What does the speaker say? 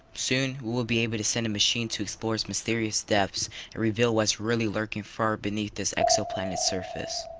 soon, we'll be able to send a machine to explore it's mysterious depths and reveal what's really lurking far beneath this exoplanet's surface.